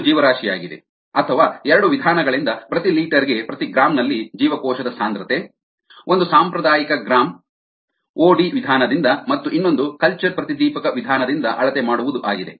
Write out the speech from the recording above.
ಇದು ಜೀವರಾಶಿಯಾಗಿದೆ ಅಥವಾ ಎರಡು ವಿಧಾನಗಳಿಂದ ಪ್ರತಿ ಲೀಟರ್ ಗೆ ಪ್ರತಿ ಗ್ರಾಂ ನಲ್ಲಿ ಜೀವಕೋಶದ ಸಾಂದ್ರತೆ ಒಂದು ಸಾಂಪ್ರದಾಯಿಕ ಗ್ರಾಂ ಒಡಿ ವಿಧಾನದಿಂದ ಮತ್ತು ಇನ್ನೊಂದು ಕಲ್ಚರ್ ಪ್ರತಿದೀಪಕ ವಿಧಾನದಿಂದ ಅಳತೆ ಮಾಡುವುದು ಆಗಿದೆ